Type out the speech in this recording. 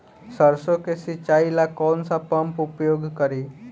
सरसो के सिंचाई ला कौन सा पंप उपयोग करी?